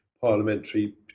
parliamentary